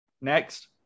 Next